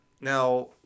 Now